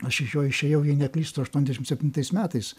aš iš jo išėjau jei neklystu aštuoniasdešimt septintais metais